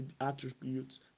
attributes